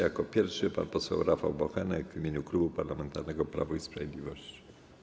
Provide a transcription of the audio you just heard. Jako pierwszy wystąpi pan poseł Rafał Bochenek w imieniu Klubu Parlamentarnego Prawo i Sprawiedliwość.